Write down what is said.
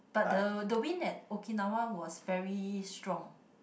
but the the wind at Okinawa was very strong